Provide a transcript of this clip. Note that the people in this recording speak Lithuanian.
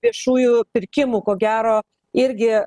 viešųjų pirkimų ko gero irgi